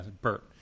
Bert